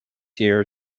year